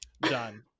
Done